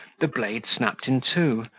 the blade snapped in two,